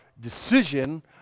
decision